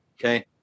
Okay